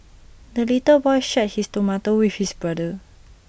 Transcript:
the little boy shared his tomato with his brother